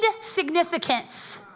significance